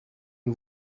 une